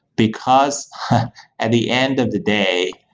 because at the end of the day,